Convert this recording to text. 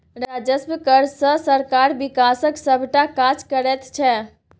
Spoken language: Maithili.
राजस्व कर सँ सरकार बिकासक सभटा काज करैत छै